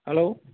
hello